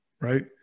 Right